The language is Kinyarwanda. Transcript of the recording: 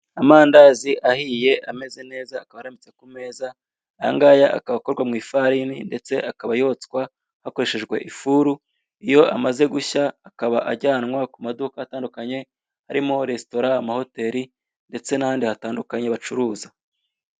Amandazi ahiye ameze neza akaba arambitse ku meza. Aya ngaya akaba akorwa mu ifarini ndetse akaba yotswa hakoreshejwe ifuru. Iyo amaze gushya akaba ajanwa ku maduka atandukanye harimo: resitora, amahoteri ndetse n'ahandi hatandukanye bacuruza.